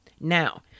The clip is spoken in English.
Now